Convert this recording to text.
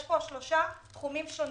יש שלושה תחומים שונים.